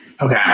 Okay